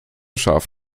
scharf